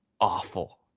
awful